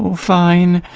fine!